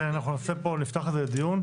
כן, אנחנו נפתח על זה דיון.